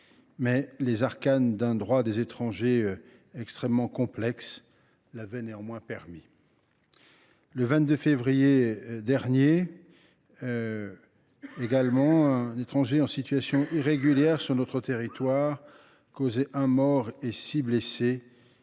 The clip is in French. mais les arcanes d’un droit des étrangers extrêmement complexe l’avaient néanmoins permis. Le 22 février dernier, un autre étranger en situation irrégulière en France causait un mort et six blessés